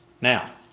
Now